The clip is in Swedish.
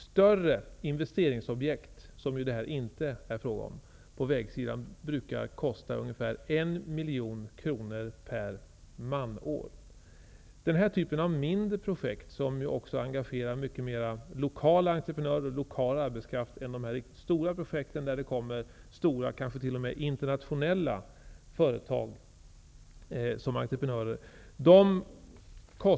Större investeringsobjekt på vägsidan, som det ju inte är frågan om här, brukar kosta ungefär 1 miljon kronor per manår. Den typ av mindre projekt som det gäller här kostar ungefär hälften per årsarbetskraft. De engagerar också mer lokala entreprenörer och lokal arbetskraft än de riktigt stora projekten, där det kommer stora, kanske t.o.m. internationella företag som entreprenörer.